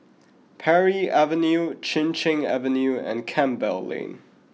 Parry Avenue Chin Cheng Avenue and Campbell Lane